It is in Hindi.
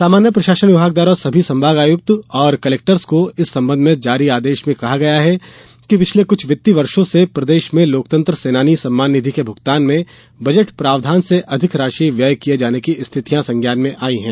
सामान्य प्रशासन विभाग द्वारा सभी संभाग आयुक्त और कलेक्टर्स को इस संबंध में जारी निर्देश में कहा गया है कि पिछले कुछ वित्तीय वर्षों से प्रदेश में लोकतंत्र सेनानी सम्मान निधि के भुगतान में बजट प्रावधान से अधिक राशि व्यय किये जाने की स्थितियाँ संज्ञान में आयी है